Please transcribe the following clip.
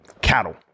cattle